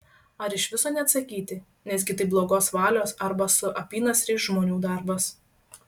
ar iš viso neatsakyti nesgi tai blogos valios arba su apynasriais žmonių darbas